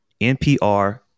npr